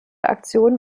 aktion